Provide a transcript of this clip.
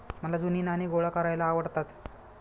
मला जुनी नाणी गोळा करायला आवडतात